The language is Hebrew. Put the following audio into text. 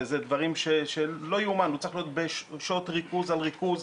הוא צריך להיות בשעות ריכוז על ריכוז,